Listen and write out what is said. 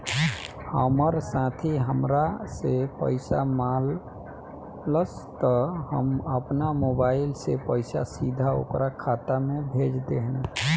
हमार साथी हामरा से पइसा मगलस त हम आपना मोबाइल से पइसा सीधा ओकरा खाता में भेज देहनी